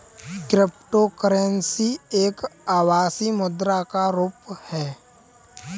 cryptocurrency एक आभासी मुद्रा का रुप है